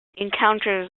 encounters